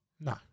No